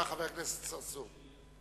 חבר הכנסת צרצור,